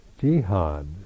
jihad